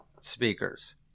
speakers